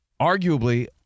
Arguably